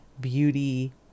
beauty